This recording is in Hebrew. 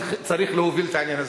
צריך להוביל את העניין הזה,